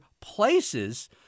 places